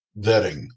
vetting